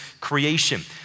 creation